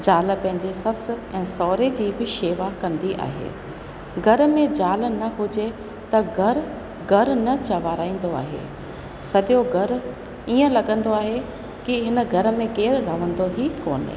ज़ाल पंहिंजे ससु ऐं सहुरे जी बि शेवा कंदी आहे घर में ज़ाल न हुजे त घर घर न चवाराईंदो आहे सॼो घर ईअं लॻंदो आहे की हिन घर में केरु रहंदो ई कोन्हे